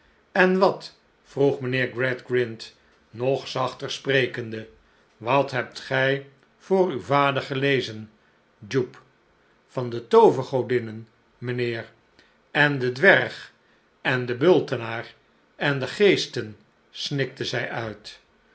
en wat vroeg mijnheer gradgrind nog zachter sprekende wat hebt gij voor uw vader gelezen jupe van de toovergodinnen mijnheer en den dwerg en den bultenaar en de geesten snikte zij uit